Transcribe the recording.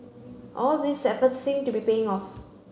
all these efforts seem to be paying off